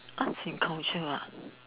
arts and culture lah